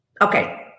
Okay